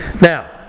Now